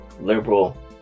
liberal